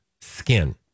Skin